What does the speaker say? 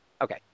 Okay